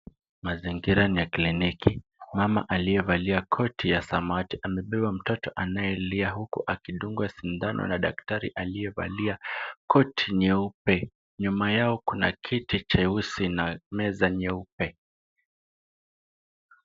Mazingira ni ya kliniki. Mama aliyevalia koti ya samawati amebeba mtoto anayelia huku akidungwa sindano na daktari aliyevalia koti nyeupe. Nyuma yao kuna kiti cheusi na meza nyeupe.